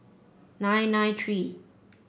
nine nine three